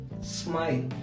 Smile